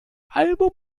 album